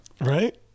Right